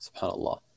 subhanAllah